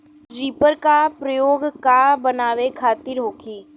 Reaper का प्रयोग का बनावे खातिन होखि?